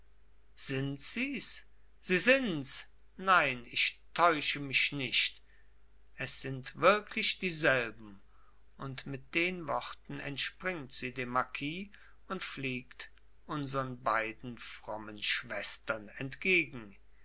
sind sies sie sinds nein ich täusche mich nicht es sind wirklich dieselben und mit den worten entspringt sie dem marquis und fliegt unsern beiden frommen schwestern entgegen